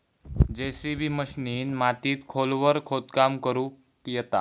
JCB मशिनीन मातीत खोलवर खोदकाम करुक येता